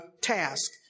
task